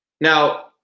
Now